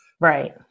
Right